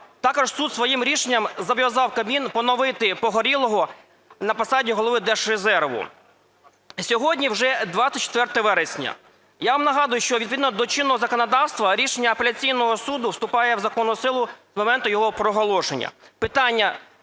також суд своїм рішенням зобов'язав Кабмін поновити Погорєлова на посаді голови Держрезерву. Сьогодні вже 24 вересня і я вам нагадую, що відповідно до чинного законодавства рішення апеляційного суду вступає в законну силу з моменту його проголошення.